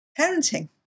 parenting